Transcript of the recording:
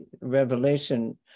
revelation